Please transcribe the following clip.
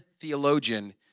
theologian